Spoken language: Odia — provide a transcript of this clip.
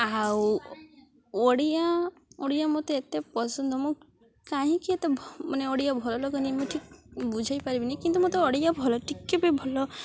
ଆଉ ଓଡ଼ିଆ ଓଡ଼ିଆ ମୋତେ ଏତେ ପସନ୍ଦ ମୁଁ କାହିଁକି ଏତେ ମାନେ ଓଡ଼ିଆ ଭଲ ଲାଗେନି ମୁଁ ଠିକ୍ ବୁଝାଇ ପାରିବିନି କିନ୍ତୁ ମୋତେ ଓଡ଼ିଆ ଭଲ ଟିକେ ବି ଭଲ